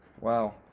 Wow